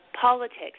politics